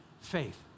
faith